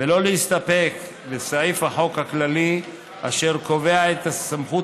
ולא להסתפק בסעיף החוק הכללי אשר קובע את סמכות